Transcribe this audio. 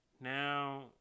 Now